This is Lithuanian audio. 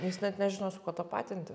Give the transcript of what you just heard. jis net nežino su kuo tapatinti